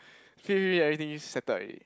feed feed feed everything settled already